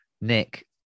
nick